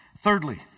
Thirdly